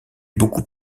beaucoup